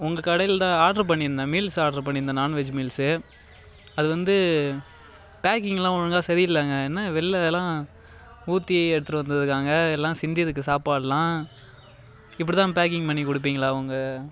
உங்க கடையில் தான் ஆர்ட்ரு பண்ணியிருந்தேன் மீல்ஸ் ஆட்ரு பண்ணிருந்தேன் நான் வெஜ் மீல்ஸ்ஸு அது வந்து பேக்கிங்லாம் ஒழுங்காக சரியில்லேங்க என்ன வெளிலலாம் ஊற்றி எடுத்துகிட்டு வந்துருக்காங்கள் எல்லாம் சிந்திருக்குது சாப்பாடுலாம் இப்படி தான் பேக்கிங் பண்ணி கொடுப்பிங்களா உங்க